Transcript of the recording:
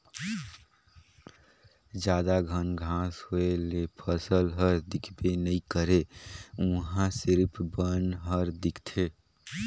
जादा घन घांस होए ले फसल हर दिखबे नइ करे उहां सिरिफ बन हर दिखथे